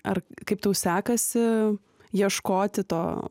ar kaip tau sekasi ieškoti to